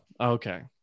okay